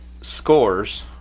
scores